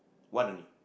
one only